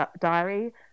diary